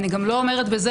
אני גם לא אומרת בזה,